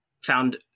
found